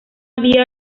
vía